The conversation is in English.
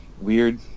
weird